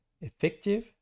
effective